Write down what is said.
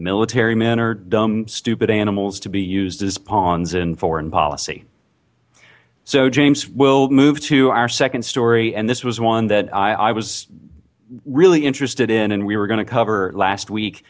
military men are dumb stupid animals to be used as pawns in foreign policy so james we'll move to our second story and this was one that i was really interested in and we were gonna cover it last week